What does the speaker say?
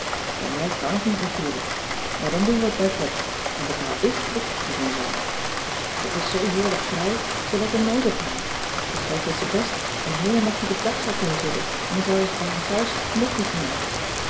bij mij kan t niet natuurlijk maar dan doen we t bij pop en betaal ik de koekjes en zoo pop is zoo heerlijk vrij ze letten nooit op haar ik geloof dat ze best een heelen nacht cissy van marxveldt de h b s tijd van joop ter heul op het dak zou kunnen zitten en dan zouden ze t bij haar thuis nog niet merken